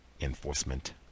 Enforcement